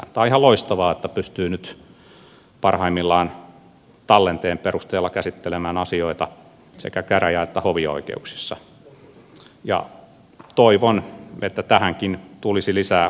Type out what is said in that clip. on ihan loistavaa että nyt pystyy parhaimmillaan tallenteen perusteella käsittelemään asioita sekä käräjä että hovioikeuksissa ja toivon että tähänkin tulisi lisää käyttömahdollisuuksia